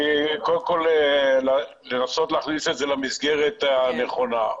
קודם כל, לנסות להכניס את זה למסגרת הנכונה.